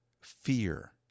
fear